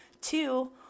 Two